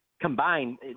combined